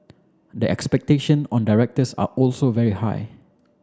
the expectation on directors are also very high